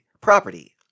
property